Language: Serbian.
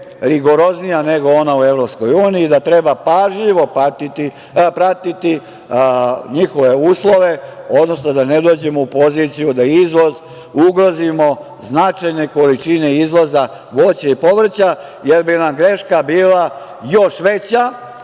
rigoroznija nego ona u Evropskoj uniji, da treba pažljivo pratiti njihove uslove, odnosno da ne dođemo u poziciju da izvoz ugrozimo, značajne količine izvoza vođa i povrća, jer bi nam greška bila još veća